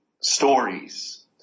stories